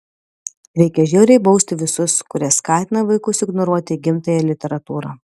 reikia žiauriai bausti visus kurie skatina vaikus ignoruoti gimtąją literatūrą